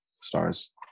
stars